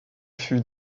fut